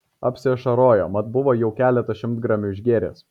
apsiašarojo mat buvo jau keletą šimtgramių išgėręs